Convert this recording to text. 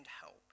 help